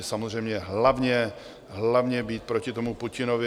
Samozřejmě hlavně být proti tomu Putinovi.